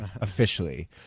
officially